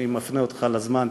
אני מפנה אותך לזמן,